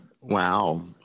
Wow